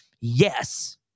yes